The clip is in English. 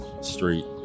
street